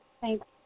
Thanks